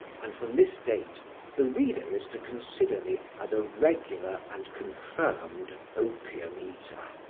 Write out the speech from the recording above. and from this date the reader is to consider me as a regular and confirmed opium-eater,